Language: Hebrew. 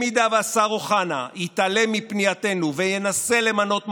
אם השר אוחנה יתעלם מפנייתנו וינסה למנות מפכ"ל,